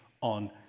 on